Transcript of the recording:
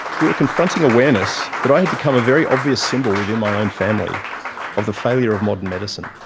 grew a confronting awareness that i had become a very obvious symbol within my own family of the failure of modern medicine.